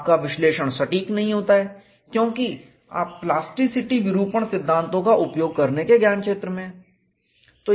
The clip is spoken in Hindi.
आपका विश्लेषण सटीक नहीं होता है क्योंकि आप प्लास्टिसिटी विरूपण सिद्धांतों का उपयोग करने के ज्ञान क्षेत्र में हैं